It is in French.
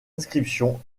inscriptions